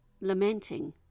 lamenting